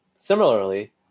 Similarly